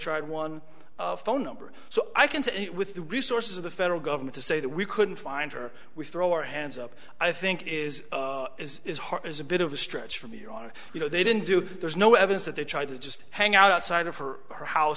tried one phone number so i can to it with the resources of the federal government to say that we couldn't find her we throw our hands up i think is is is a bit of a stretch from here on you know they didn't do it there's no evidence that they tried to just hang out outside of her her house